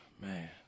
man